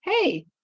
Hey